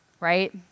right